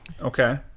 Okay